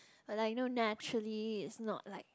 we're like no naturally it's not like